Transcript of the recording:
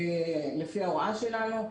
לפי ההוראה שלנו,